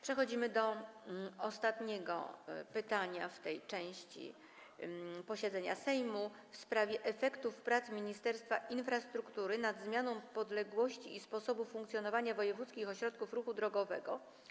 Przechodzimy do ostatniego pytania w tej części posiedzenia Sejmu, pytania w sprawie efektów prac Ministerstwa Infrastruktury nad zmianą podległości i sposobu funkcjonowania wojewódzkich ośrodków ruchu drogowego.